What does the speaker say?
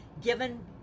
given